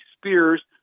Spears